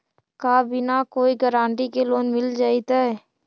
का बिना कोई गारंटी के लोन मिल जीईतै?